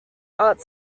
art